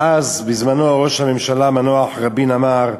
ואז, בזמנו, ראש הממשלה המנוח רבין אמר שהשטח,